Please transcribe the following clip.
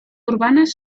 urbanas